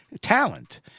talent